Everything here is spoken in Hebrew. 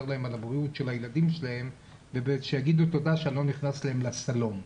על הבריאות של הילדים שלהם ושיגידו תודה שאני לא נכנס להם לסלון.